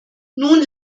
nun